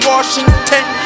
Washington